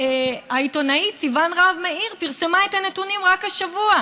העיתונאית סיון רהב-מאיר פרסמה את הנתונים רק השבוע.